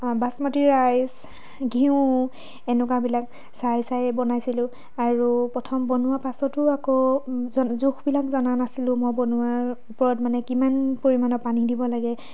basmati rice ঘিঁউ এনেকুৱাবিলাক চাই চাই বনাইছিলোঁ আৰু প্ৰথম বনোৱাৰ পাছতো আকৌ জোখ জোখবিলাক জনা নাছিলোঁ মই বনোৱাৰ ওপৰত মানে কিমান পৰিমাণৰ পানী দিব লাগে